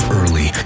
early